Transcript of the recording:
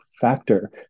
factor